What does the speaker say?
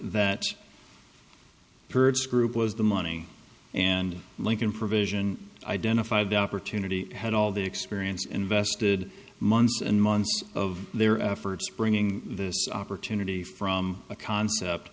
that perche group was the money and lincoln provision identify the opportunity had all the experience invested months and months of their efforts bringing this opportunity from a concept